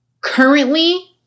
currently